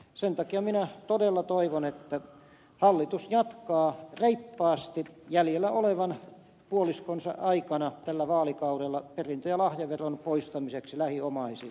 sen takia minä todella toivon että hallitus jatkaa reippaasti jäljellä olevan puoliskonsa aikana tällä vaalikaudella työtä perintö ja lahjaveron poistamiseksi lähiomaisilta